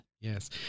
Yes